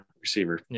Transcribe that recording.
receiver